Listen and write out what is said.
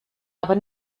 aber